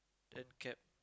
then cap